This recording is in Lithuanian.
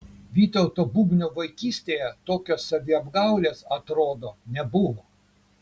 vytauto bubnio vaikystėje tokios saviapgaulės atrodo nebuvo